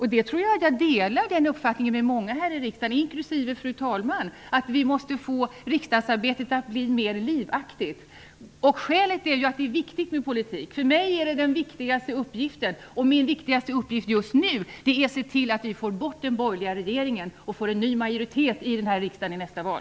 Jag tror att denna uppfattning delas av många här i riksdagen, inklusive fru talmannen. Vi måste få det att bli mer livaktigt. Skälet härtill är att det är viktigt med politik. För mig är politiken den viktigaste uppgiften, och min viktigaste uppgift just nu är att se till att vi får bort den borgerliga regeringen och får en ny majoritet här i riksdagen efter nästa val.